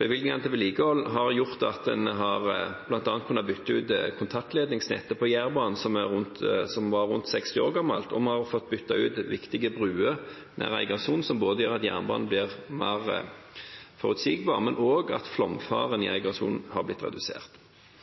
Bevilgningene til vedlikehold har gjort at en bl.a. har kunnet bytte ut kontaktledningsnettet på Jærbanen, som var rundt 60 år gammelt, og vi har også fått byttet ut viktige bruer nær Eigersund, som gjør at jernbanen blir mer forutsigbar, men også at flomfaren i Eigersund har blitt redusert.